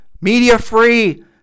Media-free